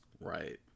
Right